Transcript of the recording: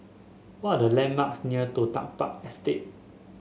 what are the landmarks near Toh Tuck Park Estate